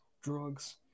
drugs